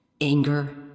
anger